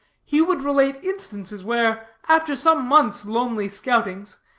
he would relate instances where, after some months' lonely scoutings,